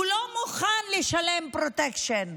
והוא לא מוכן לשלם פרוטקשן.